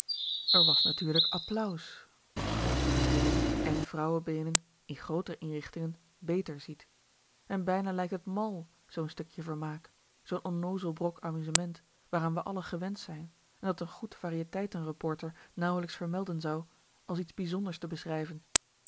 er was natuurlijk applaus ofschoon je die dingen èn vrouwebeenen in grooter inrichtingen béter ziet en bijna lijkt het mal zoo'n stukje vermaak zoo'n onnoozel brok amusement waaraan we allen gewend zijn en dat n goed varieteiten reporter nauw vermelden zou als iets bijzonders te beschrijven